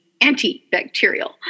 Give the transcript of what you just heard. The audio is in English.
antibacterial